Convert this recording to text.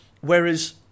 Whereas